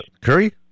Curry